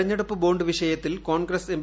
തെരഞ്ഞെടുപ്പ് ബോണ്ട് വിഷയത്തിൽ കോൺഗ്രസ് എം